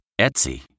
Etsy